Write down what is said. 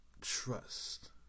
trust